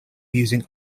using